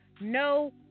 no